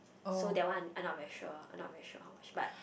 so that one I'm not very sure I'm not very sure how much but